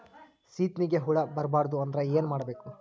ಸೀತ್ನಿಗೆ ಹುಳ ಬರ್ಬಾರ್ದು ಅಂದ್ರ ಏನ್ ಮಾಡಬೇಕು?